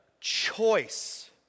choice